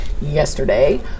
yesterday